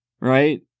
right